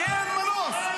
כי אין מנוס,